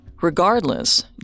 Regardless